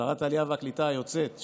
שרת העלייה והקליטה היוצאת,